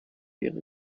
ihre